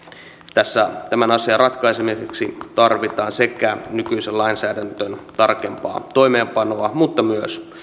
totean että tämän asian ratkaisemiseksi tarvitaan sekä nykyisen lainsäädännön tarkempaa toimeenpanoa että myös